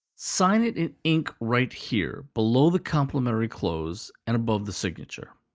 sign it in ink right here, below the complimentary close and above the signature.